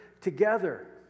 together